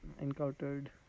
encountered